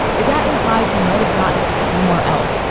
if that implies he might have gotten it from somewhere else,